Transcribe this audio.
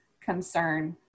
concern